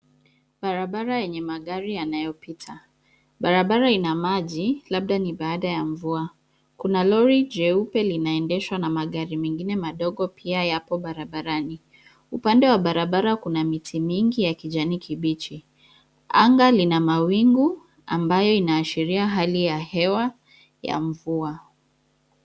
Barabara yenye magari yanayopita. Barabara ina maji labda ni baada ya mvua. Kuna lori jeupe linaloendeshwa na magari mengine madogo pia yako barabarani. Upande wa barabara kuna miti mingi ya kijani kibichi. Anga lina mawingu ambayo yanaashiria hali ya hewa ya mvua.